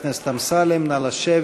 חבר הכנסת אמסלם, נא לשבת.